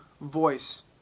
voice